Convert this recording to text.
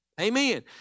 Amen